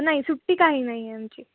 नाही सुट्टी काही नाही आहे आमची